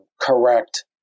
correct